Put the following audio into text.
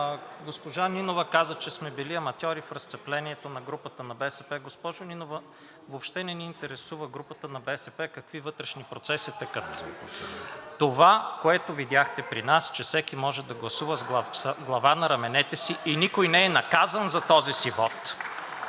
Госпожа Нинова каза, че сме били аматьори в разцеплението на групата на БСП. Госпожо Нинова, въобще не ни интересува групата на БСП –какви вътрешни процеси текат. Това, което видяхте при нас, е, че всеки може да гласува с глава на раменете си и никой не е наказан за този си вот